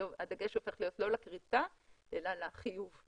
הדגש הופך להיות לא לכריתה אלא לחיוב,